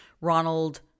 Ronald